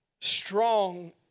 strong